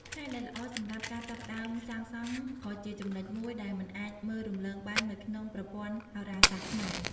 ថ្ងៃដែលល្អសម្រាប់ការចាប់ផ្តើមសាងសង់ក៏ជាចំណុចមួយដែលមិនអាចមើលរំលងបាននៅក្នុងប្រព័ន្ធហោរាសាស្ត្រខ្មែរ។